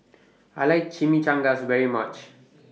I like Chimichangas very much